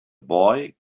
boy